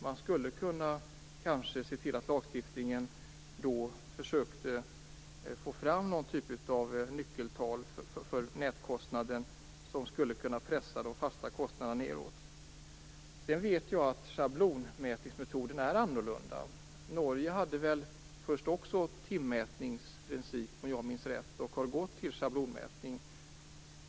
Man skulle kanske i lagstiftningen försöka få fram någon typ av nyckeltal för nätkostnaden som skulle kunna pressa den fasta kostnaden nedåt. Jag vet att schablonmätningsmetoden är annorlunda. Om jag minns rätt hade Norge först också timmätningsprincipen. Men man har gått över till schablonmätning.